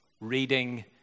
reading